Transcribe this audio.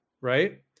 right